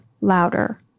louder